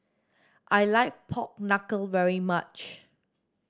I like pork knuckle very much